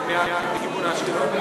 בכיוון אשקלון,